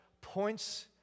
points